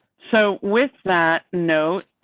so with that note.